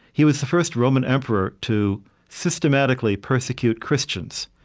he was the first roman emperor to systematically persecute christians,